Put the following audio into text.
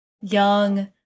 young